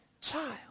Child